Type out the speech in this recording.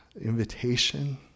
invitation